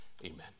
Amen